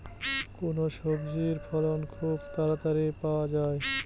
কোন সবজির ফলন খুব তাড়াতাড়ি পাওয়া যায়?